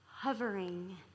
hovering